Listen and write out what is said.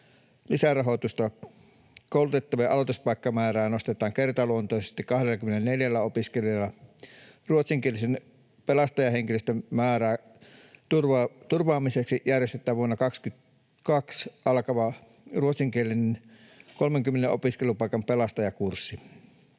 lisärahoitusta. Koulutettavien aloituspaikkamäärää nostetaan kertaluontoisesti 24 opiskelijalla. Ruotsinkielisen pelastajahenkilöstömäärän turvaamiseksi järjestetään vuonna 22 alkava ruotsinkielinen 30 opiskelupaikan pelastajakurssi.